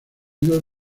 higos